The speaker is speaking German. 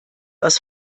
aus